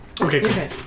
Okay